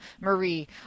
marie